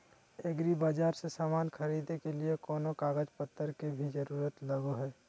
एग्रीबाजार से समान खरीदे के लिए कोनो कागज पतर के भी जरूरत लगो है?